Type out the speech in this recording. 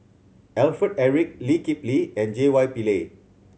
Alfred Eric Lee Kip Lee and J Y Pillay